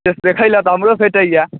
से देखय लेल तऽ हमरो भेटैए